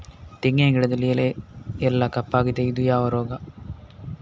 ತೆಂಗಿನ ಗಿಡದಲ್ಲಿ ಎಲೆ ಎಲ್ಲಾ ಕಪ್ಪಾಗಿದೆ ಇದು ಯಾವ ರೋಗ?